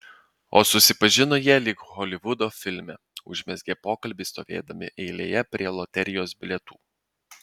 o susipažino jie lyg holivudo filme užmezgė pokalbį stovėdami eilėje prie loterijos bilietų